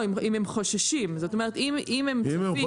אם הם חוששים, זאת אומרת אם הם צופים.